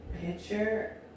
picture